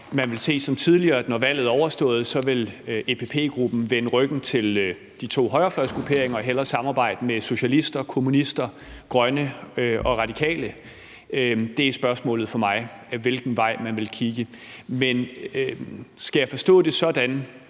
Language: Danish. at høre, om man, når valget overstået, som tidligere vil se EPP-gruppen vende ryggen til de to højrefløjsgrupperinger og hellere vil samarbejde med socialister, kommunister, grønne og radikale. Det er spørgsmålet fra mig, altså hvilken vej man vil kigge. Skal jeg forstå det sådan,